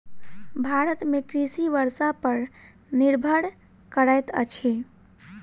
भारत में कृषि वर्षा पर निर्भर करैत अछि